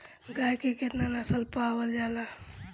गाय के केतना नस्ल पावल जाला?